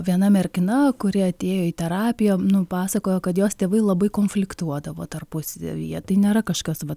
viena mergina kuri atėjo į terapiją nu pasakojo kad jos tėvai labai konfliktuodavo tarpusavyje tai nėra kažkas vat